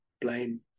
blame